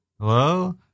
hello